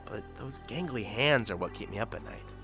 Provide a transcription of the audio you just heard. but those gangly hands are what keep me up at night.